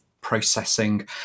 processing